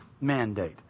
mandate